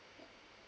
ya